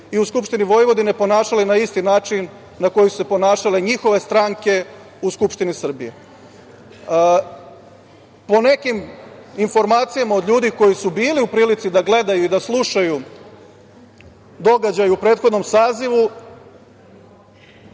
i u Skupštini Vojvodine ponašali na isti način na koji su se ponašale njihove stranke u Skupštini Srbije. Po nekim informacijama od ljudi koji su bili u prilici da gledaju i da slušaju događaje u prethodnom sazivu,